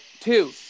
Two